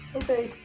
okay,